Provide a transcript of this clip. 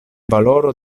valoro